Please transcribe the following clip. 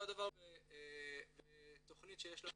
אותו דבר בתוכנית שיש לנו,